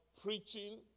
preaching